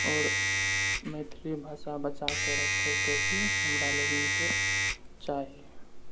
आओर मैथिली भाषा बचाके रखैके हमरा लोगनिके चाही